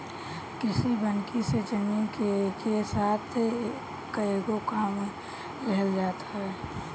कृषि वानिकी से जमीन से एके साथ कएगो काम लेहल जात हवे